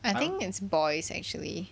I think it's boys actually